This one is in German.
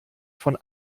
von